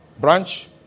branch